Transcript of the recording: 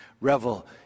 Revel